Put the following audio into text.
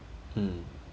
mm